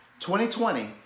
2020